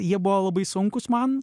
jie buvo labai sunkūs man